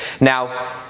Now